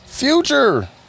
Future